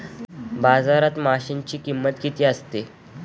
बाजारात माशांची किंमत किती असते?